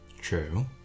True